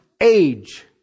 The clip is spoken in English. age